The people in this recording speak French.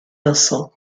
vincent